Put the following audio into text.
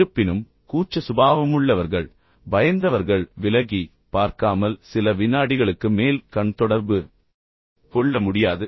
இருப்பினும் கூச்ச சுபாவமுள்ளவர்கள் பயந்தவர்கள் விலகி பார்க்காமல் சில விநாடிகளுக்கு மேல் கண் தொடர்பு கொள்ள முடியாது